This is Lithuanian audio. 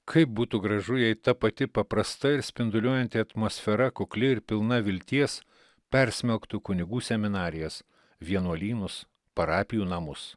kaip būtų gražu jei ta pati paprasta ir spinduliuojanti atmosfera kukli ir pilna vilties persmelktų kunigų seminarijas vienuolynus parapijų namus